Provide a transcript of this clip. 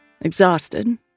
exhausted